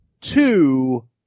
Two